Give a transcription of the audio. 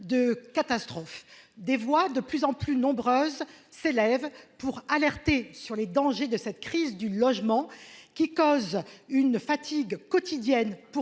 de catastrophe des voix de plus en plus nombreuses s'élèvent pour alerter sur les dangers de cette crise du logement qui cause une fatigue quotidienne